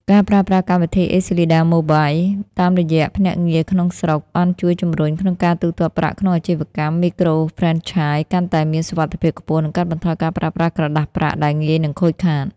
ការប្រើប្រាស់កម្មវិធី អេស៊ីលីដា ម៉ូប៊ែល (ACLEDA Mobile) តាមរយៈភ្នាក់ងារក្នុងស្រុក បានជួយជំរុញឱ្យការទូទាត់ប្រាក់ក្នុងអាជីវកម្មមីក្រូហ្វ្រេនឆាយកាន់តែមានសុវត្ថិភាពខ្ពស់ និងកាត់បន្ថយការប្រើប្រាស់ក្រដាសប្រាក់ដែលងាយនឹងខូចខាត។